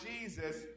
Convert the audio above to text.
Jesus